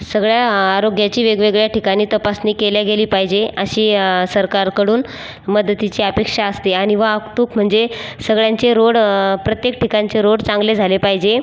सगळ्या आरोग्याची वेगवेगळ्या ठिकाणी तपासणी केली गेली पाहिजे अशी सरकारकडून मदतीची अपेक्षा असते आणि वाहतुक म्हणजे सगळ्यांचे रोड प्रत्येक ठिकाणचे रोड चांगले झाले पाहिजे